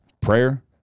Prayer